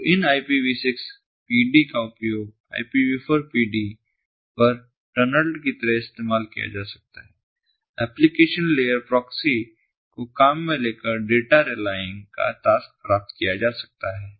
तो इन IPV6 PD का उपयोग IPV4 PD पर टनल की तरह इस्तेमाल किया जा सकता है एप्लीकेशन लेयर प्रोक्सी को काम में लेकर डेटा रेलाईन्ग का टास्क प्राप्त किया जा सकता है